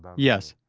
but yes.